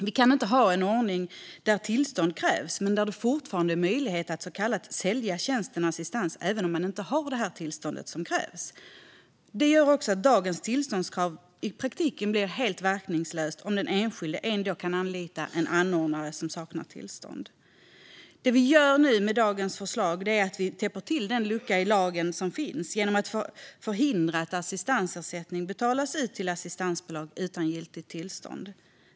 Vi kan inte ha en ordning där tillstånd krävs men där det fortfarande är möjligt att så att säga sälja tjänsten assistans även om man inte har det tillstånd som krävs. Dagens tillståndskrav blir i praktiken helt verkningslöst om den enskilde ändå kan anlita en anordnare som saknar tillstånd. Det vi gör med dagens förslag är att täppa till den lucka som finns i lagen genom att förhindra att assistansersättning betalas ut till assistansbolag utan giltigt tillstånd.